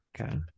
okay